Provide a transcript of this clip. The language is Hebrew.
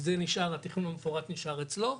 התכנון המפורט נשאר אצלו.